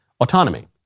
autonomy